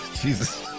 Jesus